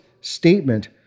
statement